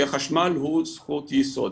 כי החשמל הוא זכות יסוד,